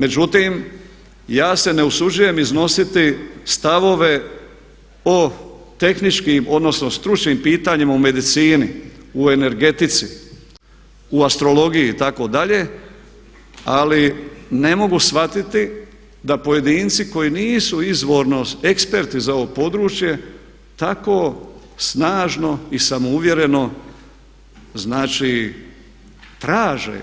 Međutim ja se ne usuđujem iznositi stavove o tehničkim odnosno stručnim pitanjima u medicini, u energetici, u astrologiji itd. ali ne mogu shvatiti da pojedinci koji nisu izvorno eksperti za ovo područje tako snažno i samouvjereno znači traže